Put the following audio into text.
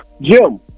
Jim